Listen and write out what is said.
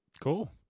Cool